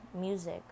music